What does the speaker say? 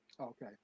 Okay